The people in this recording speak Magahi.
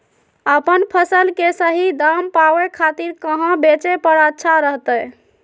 अपन फसल के सही दाम पावे खातिर कहां बेचे पर अच्छा रहतय?